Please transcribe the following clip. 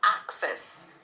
access